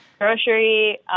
grocery